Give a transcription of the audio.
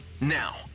Now